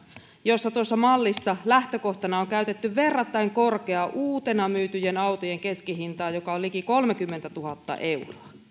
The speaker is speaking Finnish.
josta tuossa mallissa lähtökohtana on käytetty verrattain korkeaa uutena myytyjen autojen keskihintaa joka on liki kolmekymmentätuhatta euroa